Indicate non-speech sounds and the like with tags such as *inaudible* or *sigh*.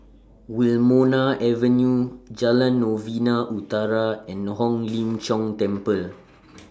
Wilmonar Avenue Jalan Novena Utara and Hong *noise* Lim Jiong Temple